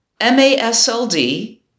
MASLD